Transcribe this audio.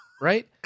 Right